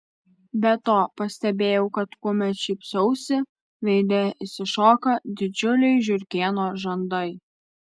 be to pastebėjau kad kuomet šypsausi veide išsišoka didžiuliai žiurkėno žandai